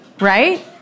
right